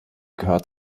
gehört